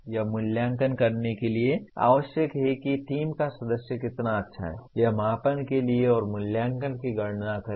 यह मूल्यांकन करने के लिए आवश्यक है कि टीम का सदस्य कितना अच्छा है यह मापने के लिए और मूल्यांकन की गणना करें